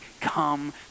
come